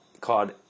Called